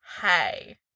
hey